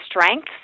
strengths